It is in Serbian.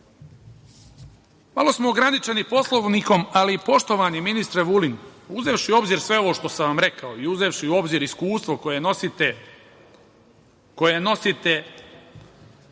smo ograničeni Poslovnikom, ali, poštovani ministre Vulin, uzevši u obzir sve ovo što sam vam rekao i uzevši u obzir iskustvo koje nosite iz ovih